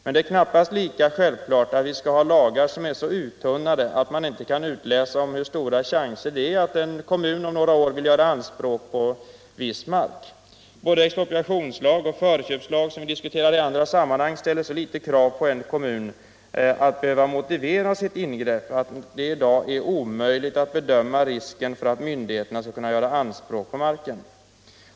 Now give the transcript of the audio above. Men det är knappast lika självklart att vi skall ha lagar, som är så uttunnade att man inte kan utläsa hur stora chanserna är att en kommun om några år vill göra anspråk på viss mark. Både expropriationslagen och förköpslagen, vilka vi diskuterar i andra sammanhang, ställer så ringa krav på en kommun att behöva motivera sitt ingrepp, att det i dag är omöjligt att bedöma risken för att myndigheterna skall göra anspråk på mark.